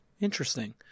Interesting